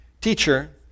Teacher